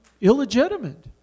illegitimate